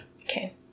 Okay